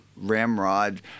ramrod